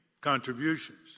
contributions